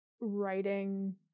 writing